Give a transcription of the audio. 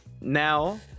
now